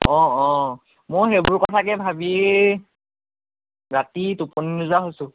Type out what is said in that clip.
অঁ অঁ মই সেইবোৰ কথাকেই ভাবিয়েই ৰাতি টোপনি নোযোৱা হৈছোঁ